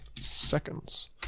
seconds